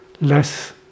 less